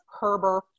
herber